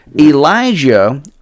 Elijah